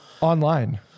online